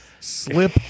Slip